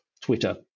Twitter